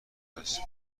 است